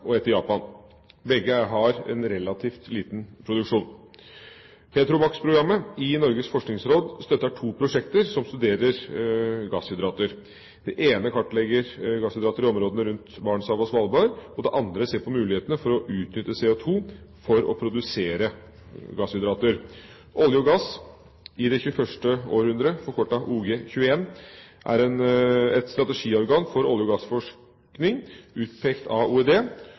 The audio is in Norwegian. og ett i Japan. Begge har en relativt liten produksjon. PETROMAKS-programmet i Norges forskningsråd støtter to prosjekter som studerer gasshydrater. Det ene kartlegger gasshydrater i områdene rundt Barentshavet og Svalbard, og det andre ser på mulighetene for å utnytte CO2 for å produsere gasshydrater. Olje og gass i det 21. århundre, OG21, er et strategiorgan for olje- og gassforskning, utpekt av OED,